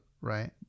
Right